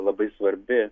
labai svarbi